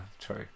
true